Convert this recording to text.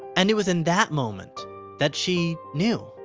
and it was in that moment that she knew.